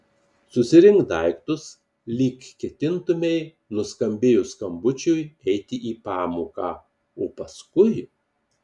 susirink daiktus lyg ketintumei nuskambėjus skambučiui eiti į pamoką o paskui